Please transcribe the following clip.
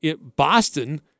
Boston